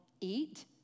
eat